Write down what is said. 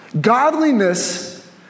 godliness